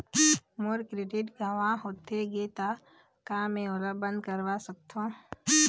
मोर credit गंवा होथे गे ता का मैं ओला बंद करवा सकथों?